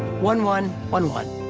one, one, one, one,